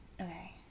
okay